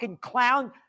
clown